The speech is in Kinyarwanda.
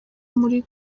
muri